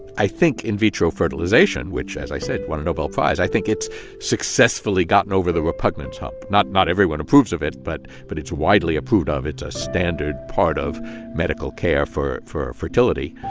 i think in vitro fertilization which as i said, won a nobel prize i think it's successfully gotten over the repugnance hump. not not everyone approves of it, but but it's widely approved of. it's a standard part of medical care for for fertility.